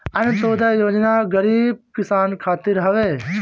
अन्त्योदय योजना गरीब किसान खातिर हवे